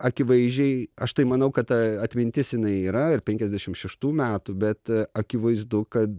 akivaizdžiai aš tai manau kad atmintis jinai yra ir penkiasdešim šeštų metų bet akivaizdu kad